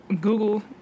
Google